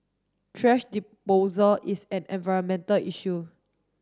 thrash is an environmental issue